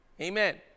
amen